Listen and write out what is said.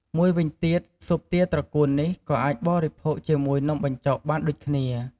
មួយវិញទៀត ស៊ុបទាត្រកួននេះក៏អាចបរិភោគជាមួយនំបញ្ចុកបានដូចគ្នា។